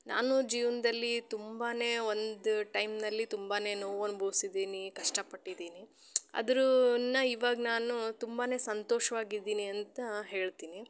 ನಾನು ಜೀವನದಲ್ಲಿ ತುಂಬಾ ಒಂದು ಟೈಮಿನಲ್ಲಿ ತುಂಬಾ ನೋವು ಅನ್ಬೋಸಿದ್ದೀನಿ ಕಷ್ಟಪಟ್ಟಿದ್ದೀನಿ ಅದ್ರೂ ಇವಾಗ ನಾನು ತುಂಬಾ ಸಂತೋಷ್ವಾಗಿದೀನಿ ಅಂತ ಹೇಳ್ತೀನಿ